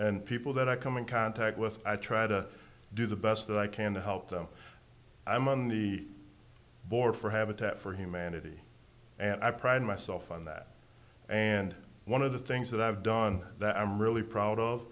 and people that i come in contact with i try to do the best that i can to help them i'm on the board for habitat for humanity and i pride myself on that and one of the things that i've done that i'm really proud of